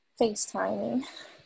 FaceTiming